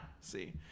See